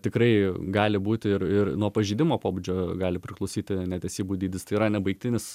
tikrai gali būti ir ir nuo pažeidimo pobūdžio gali priklausyti netesybų dydis tai yra nebaigtinis